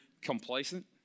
complacent